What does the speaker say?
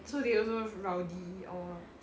so they also rowdy or